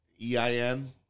E-I-N